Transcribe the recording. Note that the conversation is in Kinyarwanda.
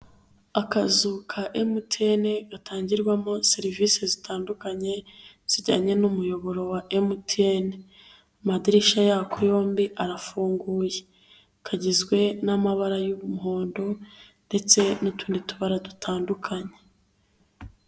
Akazu ka emutiyene gatangirwamo serivisi zitandukanye zijyanye n'umuyoboro wa emutiyene, amadirishya yako yombi arafunguye, kagizwe n'amabara y'umuhondo ndetse n'utundi tubara dutandukanye.